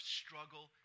struggle